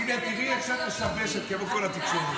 הינה, תראי איך את משבשת, כמו כל התקשורת.